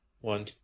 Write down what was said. one